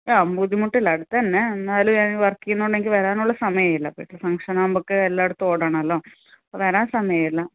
ആ ബുദ്ധിമുട്ടില്ല അടുത്തുതന്നെ എന്നാലും ആ വർക്ക് ചെയ്യുന്നതുകൊണ്ട് എനിക്ക് വരാനുള്ള സമയമില്ല പിന്നെ ഫംഗ്ഷൻ ആവുമ്പോഴേക്ക് എല്ലായിടത്തും ഓടണമല്ലോ വരാൻ സമയമില്ല